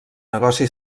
negoci